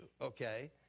okay